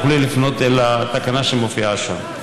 תוכלי לפנות אל התקנה שמופיעה שם.